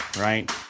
right